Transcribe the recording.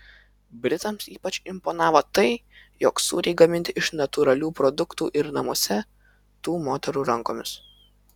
britams ypač imponavo tai jog sūriai gaminti iš natūralių produktų ir namuose tų moterų rankomis